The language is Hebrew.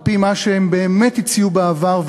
על-פי מה שהם באמת הציעו בעבר,